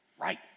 right